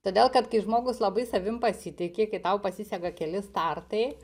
todėl kad kai žmogus labai savim pasitiki kai tau pasiseka keli startai